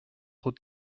trop